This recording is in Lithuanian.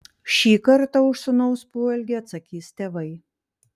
šį kartą už sūnaus poelgį atsakys tėvai